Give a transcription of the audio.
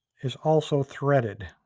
is also threaded.